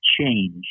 change